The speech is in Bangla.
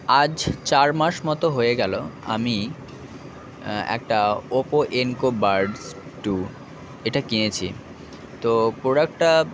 আজ চার মাস মতো হয়ে গেলো আমি একটা ওপো এনকো বাডস টু এটা কিনেছি তো প্রোডাক্টটা